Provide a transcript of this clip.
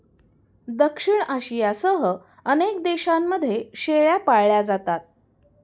दक्षिण आशियासह अनेक देशांमध्ये शेळ्या पाळल्या जातात